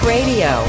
Radio